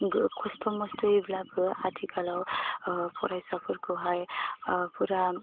खस्थ' मस्थ'यैब्लाबो आथिखालाव फरायसाफोरखौहाय